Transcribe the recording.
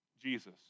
Jesus